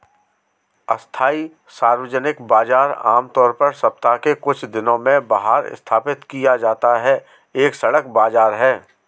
अस्थायी सार्वजनिक बाजार, आमतौर पर सप्ताह के कुछ दिनों में बाहर स्थापित किया जाता है, एक सड़क बाजार है